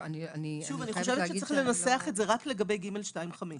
אני חושבת שצריך לנסח את זה רק לגבי (ג2)(5)